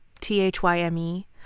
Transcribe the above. t-h-y-m-e